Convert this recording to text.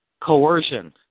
coercion